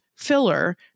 filler